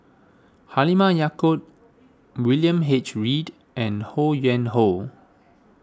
Halimah Yacob William H Read and Ho Yuen Hoe